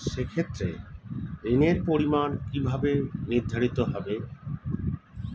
সে ক্ষেত্রে ঋণের পরিমাণ কিভাবে নির্ধারিত হবে?